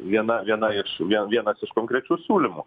viena viena iš vienas iš konkrečių siūlymų